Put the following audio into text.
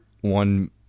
one